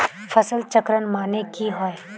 फसल चक्रण माने की होय?